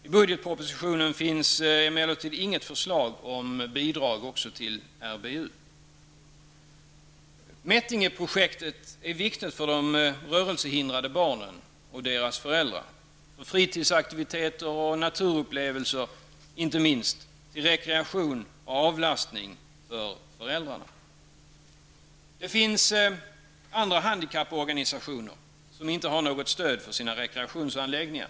I budgetpropositionen finns emellertid inget förslag om bidrag också till RBU. Mättingeprojektet är viktigt för de rörelsehindrade barnen och deras föräldrar, för fritidsaktiviteter och naturupplevelser och, inte minst, till rekreation och avlastning för föräldrarna. Det finns andra handikapporganisationer som inte har något stöd för sina rekreationsanläggningar.